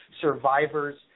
Survivors